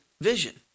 vision